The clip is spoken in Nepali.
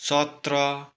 सत्र